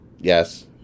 Yes